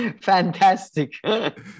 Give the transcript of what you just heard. fantastic